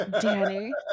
Danny